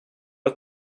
att